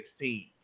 2016